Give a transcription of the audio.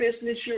business